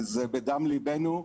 זה בדם לבנו,